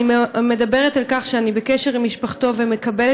אני מדברת על כך שאני בקשר עם משפחתו ומקבלת